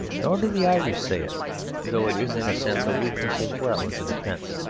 nor do the irish say it though it is in a sense a weakness as well as a defence.